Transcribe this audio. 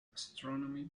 astronomy